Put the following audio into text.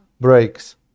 breaks